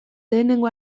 lehenengo